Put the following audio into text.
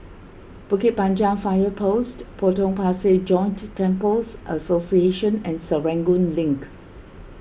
Bukit Panjang Fire Post Potong Pasir Joint Temples Association and Serangoon Link